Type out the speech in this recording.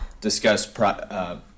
discuss